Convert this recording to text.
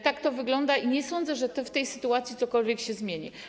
Tak to wygląda i nie sądzę, że w tej sytuacji cokolwiek się zmieni.